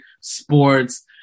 sports